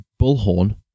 Bullhorn